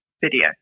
video